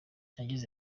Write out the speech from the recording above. yagize